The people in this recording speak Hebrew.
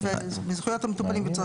מי נגד?